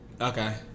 Okay